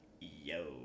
Yo